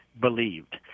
believed